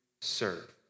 serve